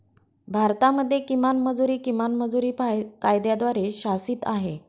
भारतामध्ये किमान मजुरी, किमान मजुरी कायद्याद्वारे शासित आहे